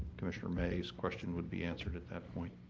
commissioner may's question would be answered at that point.